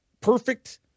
perfect